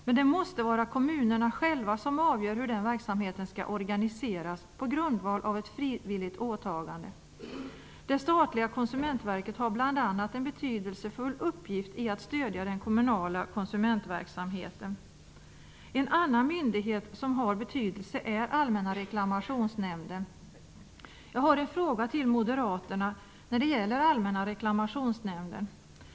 Men det måste vara kommunerna själva som avgör hur den verksamheten skall organiseras på grundval av ett frivilligt åtagande. Det statliga konsumentverket har bl.a. en betydelsefull uppgift i att stödja den kommunala konsumentverksamheten. En annan myndighet som har betydelse är Allmänna reklamationsnämnden. Jag har en fråga till moderaterna som gäller Allmänna reklamationsnämnden.